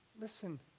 Listen